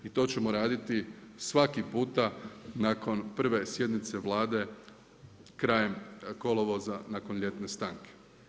I to ćemo raditi svaki puta nakon prve sjednice Vlade krajem kolovoza nakon ljetne stanke.